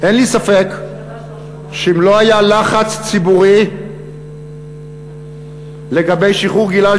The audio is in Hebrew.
אין לי ספק שאם לא היה לחץ ציבורי לגבי שחרור גלעד